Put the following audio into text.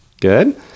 Good